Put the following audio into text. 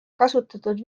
kasutatud